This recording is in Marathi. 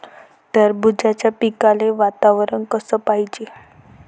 टरबूजाच्या पिकाले वातावरन कस पायजे?